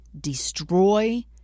destroy